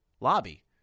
lobby